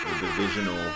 divisional